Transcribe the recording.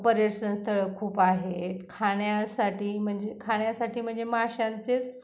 पर्यटनस्थळं खूप आहेत खाण्यासाठी म्हणजे खाण्यासाठी म्हणजे माशांचेच